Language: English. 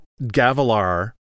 Gavilar